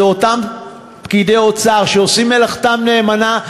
אלה אותם פקידי אוצר שעושים מלאכתם נאמנה,